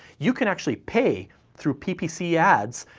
you can actually pay through ppc ads,